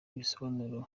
ibisobanuro